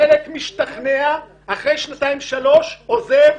חלק משתכנע ואחרי שנתיים שלוש עוזב.